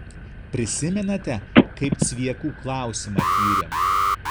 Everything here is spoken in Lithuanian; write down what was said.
prisimenate kaip cviekų klausimą tyrėm